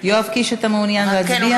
יואב קיש, אתה מעוניין להצביע?